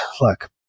look